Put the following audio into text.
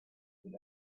good